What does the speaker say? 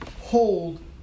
hold